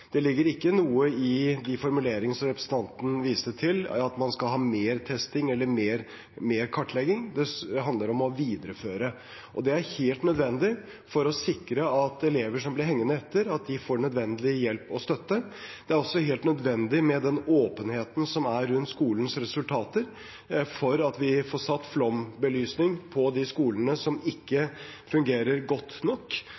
Det ligger ikke i de formuleringene som representanten viser til, at man skal ha mer testing eller mer kartlegging. Det handler om å videreføre. Og det er helt nødvendig for å sikre at elever som blir hengende etter, får nødvendig hjelp og støtte. Det er også helt nødvendig med åpenhet rundt skolens resultater for å få satt flombelysning på de skolene som ikke fungerer godt nok.